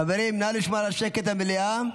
חברים, נא לשמור על שקט במליאה.